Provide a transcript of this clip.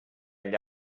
agli